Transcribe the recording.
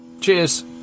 Cheers